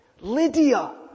Lydia